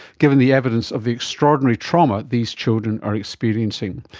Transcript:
given the evidence of the extraordinary trauma these children are experiencing.